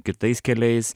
kitais keliais